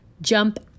jump